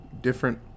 different